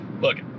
look